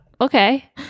okay